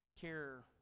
care